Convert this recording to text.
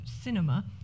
cinema